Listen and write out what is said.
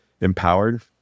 empowered